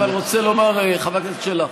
אבל אני רוצה לומר, חבר הכנסת שלח: